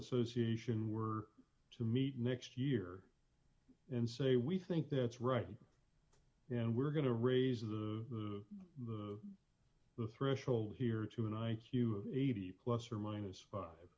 association were to meet next year and say we think that's right and we're going to raises the the threshold here to an i q of eighty plus or minus five